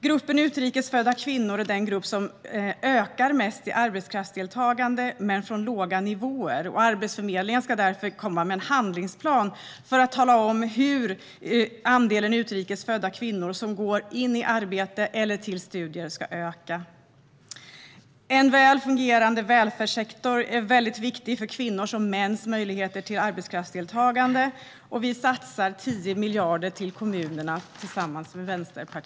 Gruppen utrikes födda kvinnor är den grupp som ökar mest i arbetskraftsdeltagande, men från låga nivåer. Arbetsförmedlingen ska därför komma med en handlingsplan för hur andelen utrikes födda kvinnor som går in i arbete eller till studier ska öka. Det är väldigt viktigt med en väl fungerande välfärdssektor för kvinnors och mäns möjligheter till arbetskraftsdeltagande. Vi satsar, tillsammans med Vänsterpartiet, 10 miljarder på kommunerna.